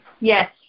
Yes